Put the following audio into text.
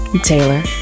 Taylor